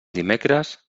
dimecres